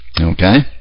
Okay